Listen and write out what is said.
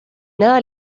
nada